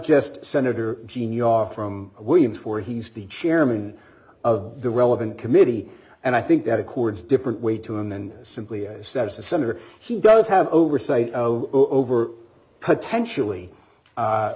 just senator jean your from williams for he's the chairman of the relevant committee and i think that accords different way to him and simply as a senator he does have oversight over potentially